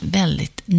väldigt